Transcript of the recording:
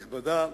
כנסת נכבדה,